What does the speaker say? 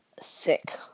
sick